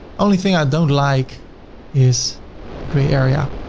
only thing i don't like is the gray area.